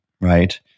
right